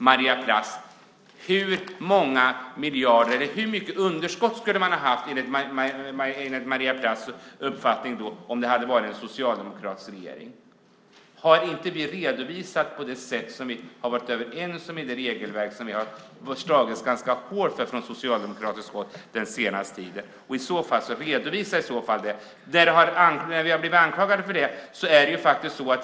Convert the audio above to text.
Maria Plass, hur stort underskott skulle man ha haft enligt din uppfattning om det hade varit en socialdemokratisk regering? Har inte vi redovisat på det sätt som man ska enligt det regelverk som vi från socialdemokratiskt håll har slagits ganska hårt för den senaste tiden?